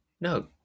No